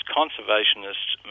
conservationists